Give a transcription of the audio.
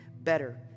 better